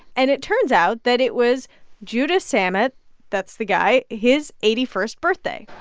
and it turns out that it was judah samet that's the guy his eighty first birthday